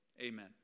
Amen